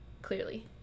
Clearly